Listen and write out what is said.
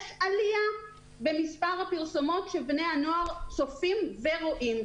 יש עלייה במספר הפרסומות שבני הנוער צופים ורואים.